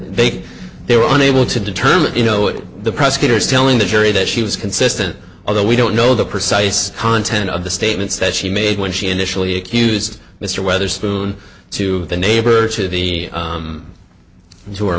they they were unable to determine you know if the prosecutors telling the jury that she was consistent although we don't know the precise content of the statements that she made when she initially accused mr wetherspoon to the neighbor to the to her